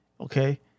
Okay